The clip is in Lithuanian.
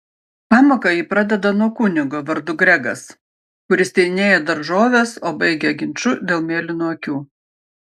pamoką ji pradeda nuo kunigo vardu gregas kuris tyrinėjo daržoves o baigia ginču dėl mėlynų akių